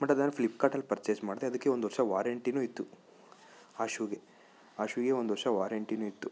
but ಅದನ್ನು ಫ್ಲಿಪ್ಕಾರ್ಟಲ್ಲಿ purchase ಮಾಡ್ದೆ ಅದಕ್ಕೆ ಒಂದು ವರ್ಷ ವಾರಂಟಿನೂ ಇತ್ತು ಆ ಶೂಗೆ ಆ ಶೂಗೆ ಒಂದು ವರ್ಷ ವಾರಂಟಿನೂ ಇತ್ತು